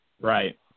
Right